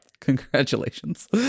Congratulations